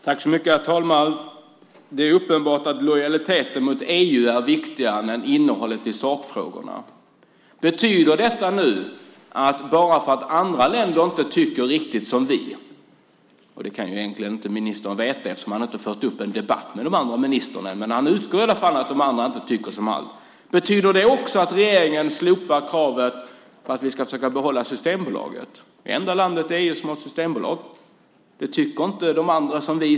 Herr talman! Det är uppenbart att lojaliteten mot EU är viktigare än innehållet i sakfrågorna och att andra länder inte tycker riktigt som vi. Det kan ministern egentligen inte veta, eftersom han inte har fört upp en debatt med de andra ministrarna. Men han utgår i alla fall från att de andra inte tycker som han. Betyder det också att regeringen slopar kravet på att vi ska försöka behålla Systembolaget? Vi är det enda land i EU som har ett systembolag. De andra tycker inte som vi.